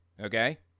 okay